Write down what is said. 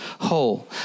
whole